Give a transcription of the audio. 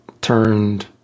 turned